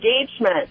engagement